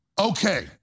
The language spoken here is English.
Okay